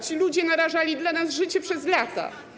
Ci ludzie narażali dla nas życie przez lata.